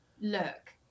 look